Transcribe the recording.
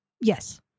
Yes